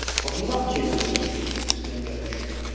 what are you up to, you idiot exclaimed ergushov.